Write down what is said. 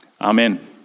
Amen